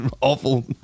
awful